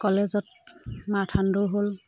কলেজত মাৰঠাণ্ড দৌৰ হ'ল